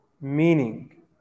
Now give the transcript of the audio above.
meaning